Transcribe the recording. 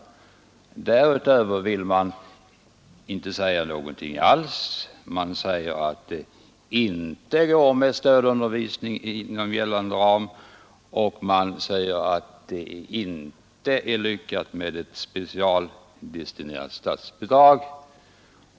Utskottet säger att det inom gällande ramar för stödundervisningen inte är möjligt att tillgodose detta behov och att det inte är lyckat med ett specialdestinerat statsbidrag.